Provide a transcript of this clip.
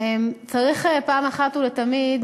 צריך פעם אחת ולתמיד